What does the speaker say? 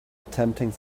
attempting